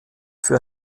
für